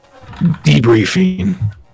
Debriefing